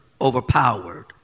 overpowered